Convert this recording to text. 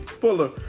Fuller